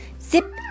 Zip